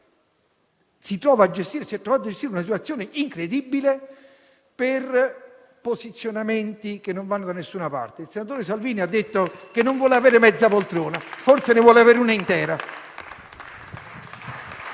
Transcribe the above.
si è trovato a gestire una situazione incredibile, per posizionamenti che non vanno da nessuna parte. Il senatore Salvini ha detto che non vuole avere mezza poltrona; forse ne vuole avere una intera.